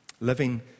Living